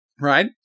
right